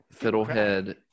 fiddlehead